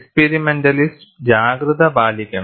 experimentalist ജാഗ്രത പാലിക്കണം